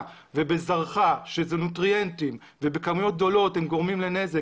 ובזרחה שזה נוטריינטים ובכמויות גדולות הם גורמים לנזק,